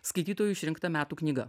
skaitytojų išrinkta metų knyga